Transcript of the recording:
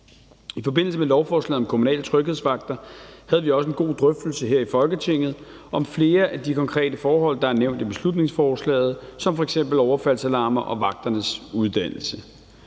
I forbindelse med lovforslaget om kommunale tryghedsvagter havde vi også en god drøftelse her i Folketinget om flere af de konkrete forhold, der er nævnt i beslutningsforslaget, som f.eks. overfaldsalarmer og vagternes uddannelse.